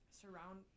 surround